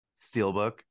Steelbook